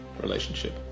relationship